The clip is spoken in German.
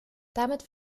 damit